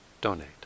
donate